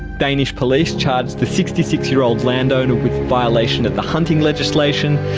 danish police charged the sixty six year old landowner with violation of the hunting legislation,